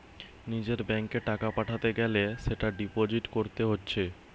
নিজের ব্যাংকে টাকা পাঠাতে গ্যালে সেটা ডিপোজিট কোরতে হচ্ছে